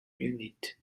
unit